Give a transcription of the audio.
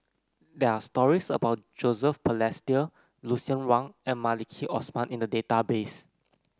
there are stories about Joseph Balestier Lucien Wang and Maliki Osman in the database